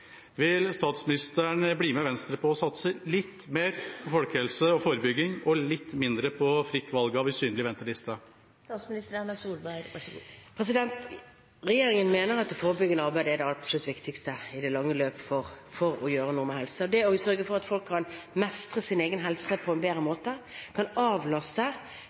Vil statsministeren bli med Venstre på å satse litt mer på folkehelse og forebygging og litt mindre på fritt valg av usynlige ventelister? Regjeringen mener at det forebyggende arbeidet er det absolutt viktigste i det lange løp for å gjøre noe med helsen. Det å sørge for at folk kan mestre sin egen helse på en bedre måte kan i stor grad avlaste